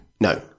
no